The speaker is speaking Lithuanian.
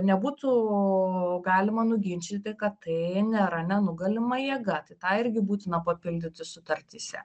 nebūtų galima nuginčyti kad tai nėra nenugalima jėga tai tą irgi būtina papildyti sutartyse